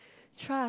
trust